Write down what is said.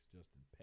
Justin